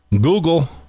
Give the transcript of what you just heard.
Google